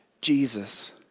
Jesus